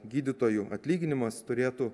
gydytojų atlyginimas turėtų